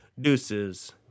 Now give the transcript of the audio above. Deuces